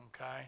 okay